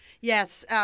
yes